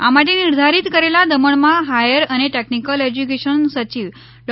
આ માટે નિર્ધારિત કરેલા દમણમાં હાયર અને ટેકનીકલ એશ્યુકેશન સચિવ ડો